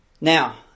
Now